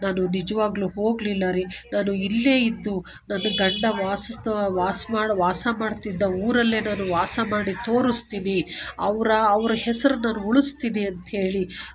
ನಾನು ನಿಜವಾಗ್ಲೂ ಹೋಗಲಿಲ್ಲ ರೀ ನಾನು ಇಲ್ಲೇ ಇದ್ದು ನನ್ನ ಗಂಡ ವಾಸಿಸ್ಥ ವಾಸ ವಾಸ ಮಾಡ್ತಿದ್ದ ಊರಲ್ಲೇ ನಾನು ವಾಸ ಮಾಡಿ ತೋರಿಸ್ತೀನಿ ಅವರ ಅವರ ಹೆಸ್ರು ನಾನು ಉಳಿಸ್ತೀನಿ ಅಂತೇಳಿ